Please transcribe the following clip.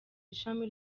ishami